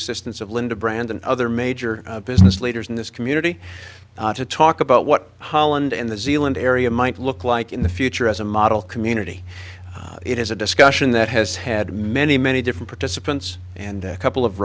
assistance of linda brand and other major business leaders in this community to talk about what holland in the zealand area might look like in the future as a model community it is a discussion that has had many many different participants and a couple of